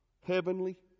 heavenly